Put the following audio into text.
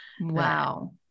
Wow